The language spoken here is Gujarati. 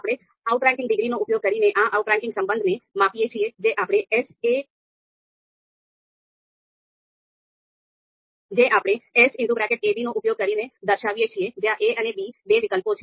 આપણે આઉટરેંકિંગ ડિગ્રીનો ઉપયોગ કરીને આ આઉટરેંકિંગ સંબંધને માપીએ છીએ જે આપણે S ab નો ઉપયોગ કરીને દર્શાવીએ છીએ જ્યાં a અને b બે વિકલ્પો છે